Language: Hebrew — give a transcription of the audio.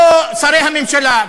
לא לשרי הממשלה.